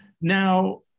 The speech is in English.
Now